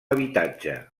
habitatge